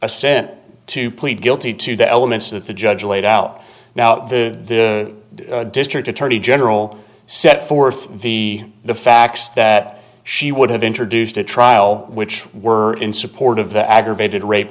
assent to plead guilty to the elements of the judge laid out now the district attorney general set forth the the facts that she would have introduced a trial which were in support of the aggravated rape